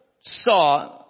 saw